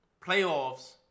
Playoffs